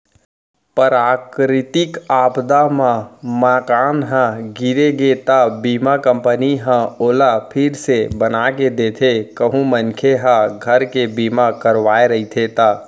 पराकरितिक आपदा म मकान ह गिर गे त बीमा कंपनी ह ओला फिर से बनाके देथे कहूं मनखे ह घर के बीमा करवाय रहिथे ता